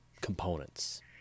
components